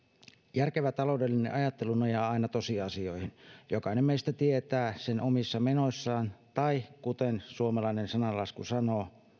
järkevä taloudellinen ajattelu nojaa aina tosiasioihin jokainen meistä tietää sen omissa menoissaan tai kuten suomalainen sananlasku sanoo